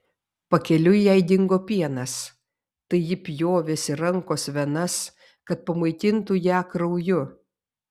pakeliui jai dingo pienas tai ji pjovėsi rankos venas kad pamaitintų ją krauju